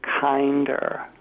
kinder